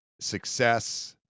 success